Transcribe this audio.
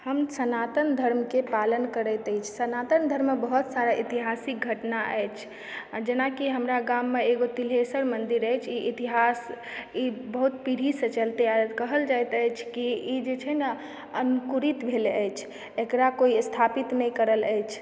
हम सनातन धर्मके पालन करैत अछि सनातन धर्ममे बहुत सारा ऐतिहासिक घटना अछि जेनाकि हमरा गाममऽ एगो तिल्हेश्वर मन्दिर अछि ई इतिहास ई बहुत पीढ़ीसँ चलते आबि रहल अछि कहल जाइत अछि की ई जे छै न अङ्कुरित भेल अछि एकरा कोई स्थापित नहि करल अछि